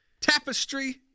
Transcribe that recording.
Tapestry